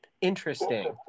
Interesting